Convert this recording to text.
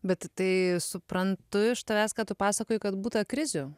bet tai suprantu iš tavęs ką tu pasakoji kad būta krizių